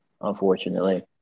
unfortunately